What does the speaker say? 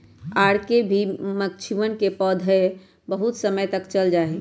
R K की मक्षिणवन भी बहुत समय तक चल जाहई